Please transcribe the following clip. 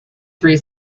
three